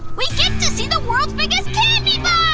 we world's biggest candy bar.